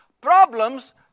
Problems